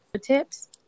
tips